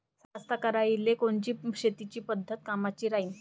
साध्या कास्तकाराइले कोनची शेतीची पद्धत कामाची राहीन?